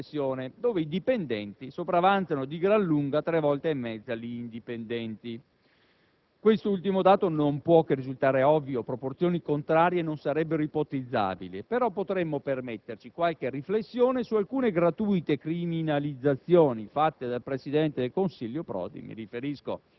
per posizione nella professione (con i dipendenti che sopravanzano di gran lunga, tre volte e mezza, gli indipendenti). Questo ultimo dato non può che risultare ovvio - proporzioni contrarie non sarebbero ipotizzabili - però potremmo permetterci qualche riflessione su alcune gratuite criminalizzazioni fatte dal presidente del Consiglio